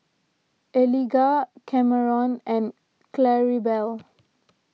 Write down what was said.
Eliga Kameron and Claribel